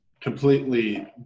completely